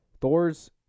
Thor's